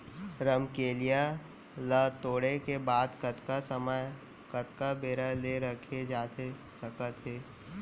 रमकेरिया ला तोड़े के बाद कतका समय कतका बेरा ले रखे जाथे सकत हे?